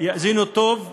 יאזינו טוב לנימוק.